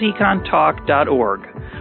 econtalk.org